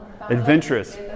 adventurous